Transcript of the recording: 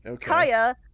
kaya